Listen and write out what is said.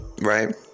right